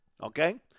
okay